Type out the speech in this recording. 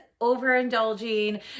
overindulging